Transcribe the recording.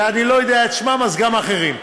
ואני לא יודע את שמם, אז גם: אחרים.